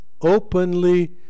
openly